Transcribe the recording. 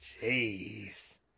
jeez